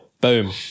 Boom